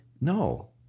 No